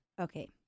Okay